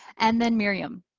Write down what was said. and then miriam.